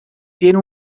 tiene